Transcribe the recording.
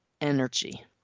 energy